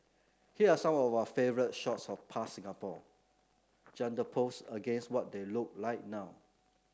here are some of our favourite shots of past Singapore juxtaposed against what they look like now